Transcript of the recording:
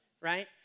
right